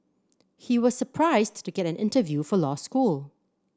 he was surprised to get an interview for law school